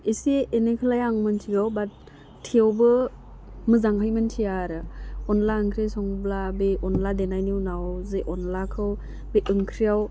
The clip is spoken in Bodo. इसे एनैखौलाय आं मोनथिगौ बाट थेवबो मोजांहै मोनथिया आरो अनला ओंख्रि संब्ला बे अनला देनायनि उनाव जे अनलाखौ बे ओंख्रियाव